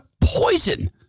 poison